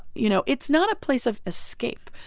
you know, it's not a place of escape.